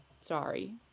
sorry